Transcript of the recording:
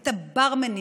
את הברמנים,